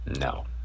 no